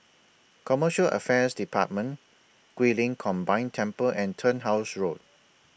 Commercial Affairs department Guilin Combined Temple and Turnhouse Road